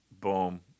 Boom